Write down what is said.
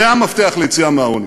זה המפתח ליציאה מהעוני.